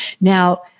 Now